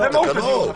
תקנות.